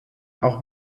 auch